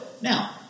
Now